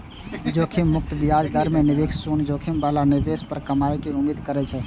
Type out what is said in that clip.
जोखिम मुक्त ब्याज दर मे निवेशक शून्य जोखिम बला निवेश पर कमाइ के उम्मीद करै छै